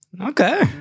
okay